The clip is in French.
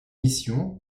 mission